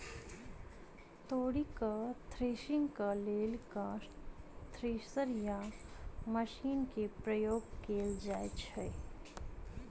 तोरी केँ थ्रेसरिंग केँ लेल केँ थ्रेसर या मशीन केँ प्रयोग कैल जाएँ छैय?